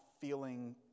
feeling